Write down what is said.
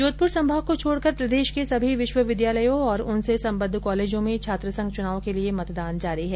जोधपुर संभाग को छोडकर प्रदेष के सभी विष्वविद्यालयों और उनसे संबद्व कॉलेजों में छात्रसंघ चुनाव के लिए मतदान जारी है